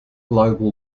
global